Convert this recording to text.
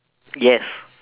yes